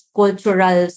cultural